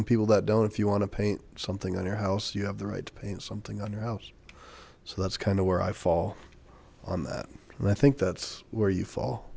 in people that don't if you want to paint something on your house you have the right to paint something on your house so that's kind of where i fall on that and i think that's where you fall